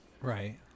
Right